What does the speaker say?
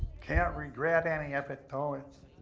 can't regret any of it, though. it's